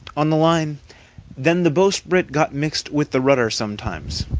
on the line then the bowsprit got mixed with the rudder sometimes.